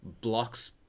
blocks